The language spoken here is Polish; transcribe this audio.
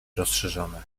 rozszerzone